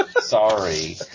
Sorry